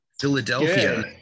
Philadelphia